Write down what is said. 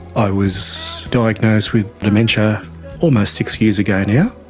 i was diagnosed with dementia almost six years ago now,